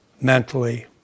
mentally